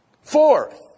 Fourth